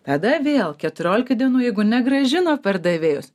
tada vėl keturiolika dienų jeigu negrąžino pardavėjas